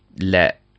let